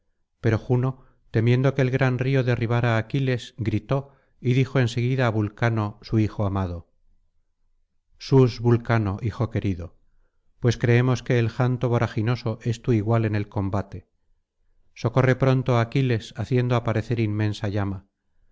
pero juno temiendo que el gran río derribara á aquiles gritó y dijo en seguida ávulcano su hijo amado sus vulcano hijo querido pues creemos que el janto voraginoso es tu igual en el combate socorre pronto á aquiles haciendo aparecer inmensa llama